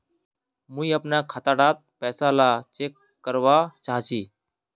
मुई अपना खाता डार पैसा ला चेक करवा चाहची?